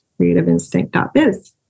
creativeinstinct.biz